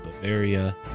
bavaria